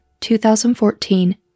2014